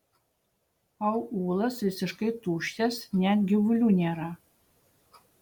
aūlas visiškai tuščias net gyvulių nėra